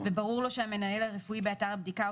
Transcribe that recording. וברור לו שהמנהל הרפואי באתר הבדיקה או